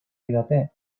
didate